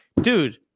dude